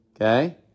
okay